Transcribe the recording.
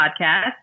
podcast